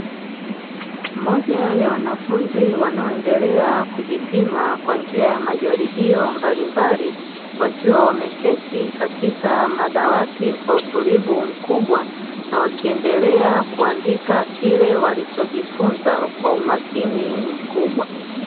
Moja ya wanafunzi wanaoendelea kujipima kwa njia ya majaribio mbalimbali, wakiwa wameketi katika madawati kwa utulivu mkubwa, na wakiendelea kuandika kile walichojifunza kwa umakini mkubwa.